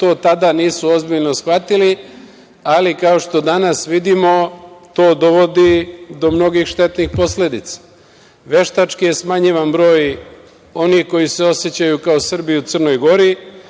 to tada nisu ozbiljno shvatili, ali kao što danas vidimo, to dovodi do mnogih štetnih posledica. Veštački je smanjivan broj onih koji se osećaju kao Srbi u Crnoj Gori,